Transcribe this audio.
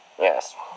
Yes